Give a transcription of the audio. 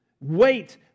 Wait